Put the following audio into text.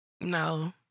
No